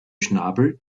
schnabel